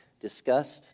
discussed